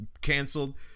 canceled